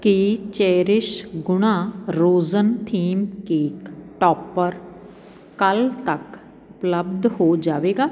ਕੀ cherish ਗੁਣਾ ਰੋਜ਼ਨ theme cake topper ਕੱਲ੍ਹ ਤੱਕ ਉਪਲਬਧ ਹੋ ਜਾਵੇਗਾ